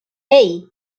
hey